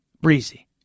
breezy